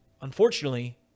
unfortunately